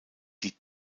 die